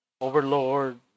Overlord